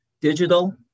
digital